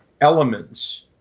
elements